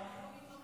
בבקשה לסיים.